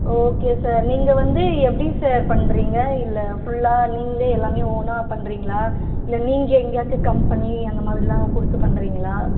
okay sir நீங்கள் வந்து எப்படி சார் பண்ணுறீங்க இல்லை ஃபுல்லாக நீங்களே எல்லாமே ஓனாக பண்றீங்களா இல்லை நீங்கள் எங்கேயாச்சும் கம்பெனி அந்த மாதிரிலாம் கொடுத்துப் பண்ணுறீங்களா